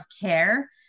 care